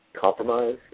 compromise